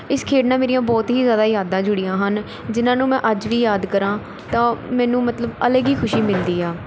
ਇਸ ਖੇਡ ਨਾਲ਼ ਮੇਰੀਆਂ ਬਹੁਤ ਹੀ ਜ਼ਿਆਦਾ ਯਾਦਾਂ ਜੁੜੀਆਂ ਹਨ ਜਿਨ੍ਹਾਂ ਨੂੰ ਮੈਂ ਅੱਜ ਵੀ ਯਾਦ ਕਰਾਂ ਤਾਂ ਮੈਨੂੰ ਮਤਲਬ ਅਲੱਗ ਹੀ ਖੁਸ਼ੀ ਮਿਲਦੀ ਆ